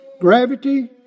gravity